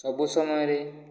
ସବୁ ସମୟରେ